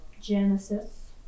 Genesis